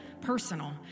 personal